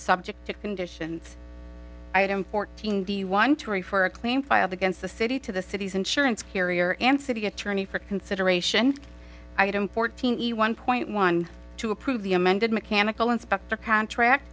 subject to conditions item fourteen the one to worry for a claim filed against the city to the city's insurance carrier and city attorney for consideration item fourteen one point one two approve the amended mechanical inspector contract